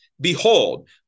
Behold